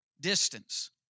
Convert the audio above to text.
distance